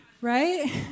Right